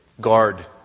Guard